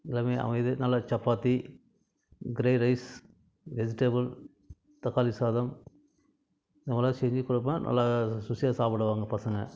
எல்லாமே அமையுது நல்லா சப்பாத்தி கிரே ரைஸ் வெஜிடெபுள் தக்காளி சாதம் இந்த மாதிரிலாம் செஞ்சு கொடுப்பேன் நல்லா ருசியாக சாப்பிடுவாங்க பசங்கள்